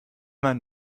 man